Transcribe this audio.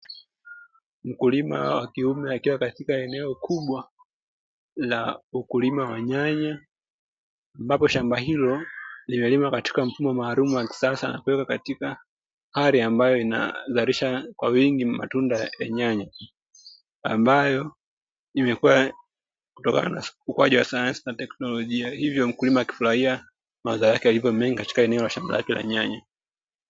Mkulima wa kiume akiwa katika eneo kubwa la ukulima wa nyanya, ambapo shamba hilo limelimwa katika mfumo maalum wakisasa, na kuwekwa katika hali ambayo inazalisha kwa wingi matunda ya nyanya. Ambayo imekuwa kutokana na ukuwaji wa sayansi na teknolojia, hivyo mkulima akifurahia mazao yake yalivyo mengi katika eneo la shamba lake la nyanya.